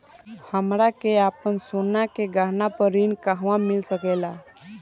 हमरा के आपन सोना के गहना पर ऋण कहवा मिल सकेला?